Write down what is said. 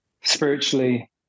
spiritually